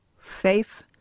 faith